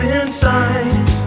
inside